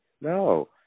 No